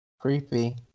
Creepy